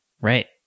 Right